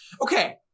okay